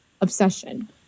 obsession